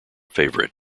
favorite